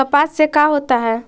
कपास से का होता है?